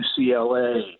UCLA